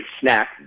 snack